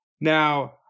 Now